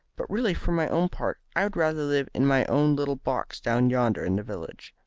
but really for my own part i would rather live in my own little box down yonder in the village.